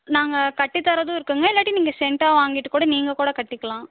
நாங்கள் கட்டித்தறதும் இருக்குதுங்க இல்லாட்டி நீங்கள் செண்ட்டாக வாங்கிட்டு கூட நீங்கள் கூட கட்டிக்கலாம்